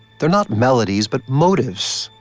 they're not melodies but motives,